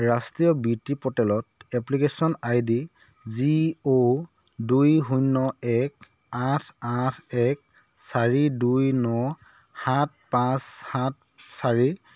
ৰাষ্ট্ৰীয় বৃত্তি প'ৰ্টেলত এপ্লিকেশ্যন আইডি জি অ' দুই শূন্য এক আঠ এক চাৰি দুই ন সাত পাঁচ সাত চাৰি